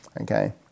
okay